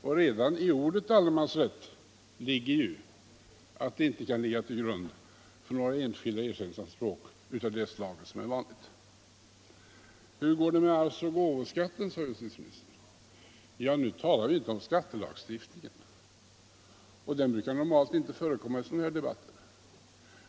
Och redan i ordet allemansrätt ligger ju att den inte kan ligga till grund för några enskilda ersättningsanspråk av det slag som är vanligt. Hur går det med arvsoch gåvoskatten? frågade justitieministern sedan. Ja, här talar vi väl inte om skattelagstiftningen; den brukar ju normalt inte heller förekomma i sådana här debatter.